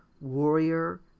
WARRIOR